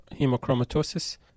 hemochromatosis